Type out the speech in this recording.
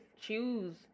choose